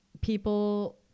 people